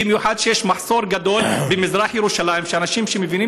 במיוחד שיש מחסור גדול במזרח ירושלים באנשים שמבינים